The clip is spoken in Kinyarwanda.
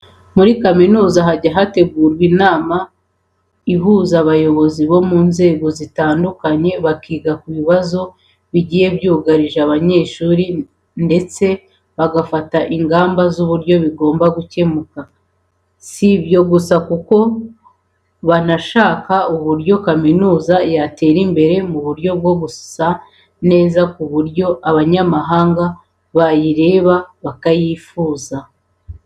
Muri kaminuza hajya hategurwa inama ihuza abayobozi bo mu nzego zitandukanye bakiga ku bibazo bigiye byugarije abanyeshuri ndetse bagafata ingamba z'uburyo bigomba gukemuka. Si ibyo gusa kuko banashaka uburyo kaminuza yatera imbere mu buryo bwo gusa neza ku buryo abanyamahanga bayireba bakayifuza.